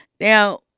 Now